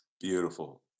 Beautiful